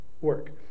work